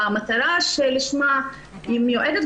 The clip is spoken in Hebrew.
במטרה שלשמה היא מיועדת.